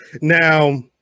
Now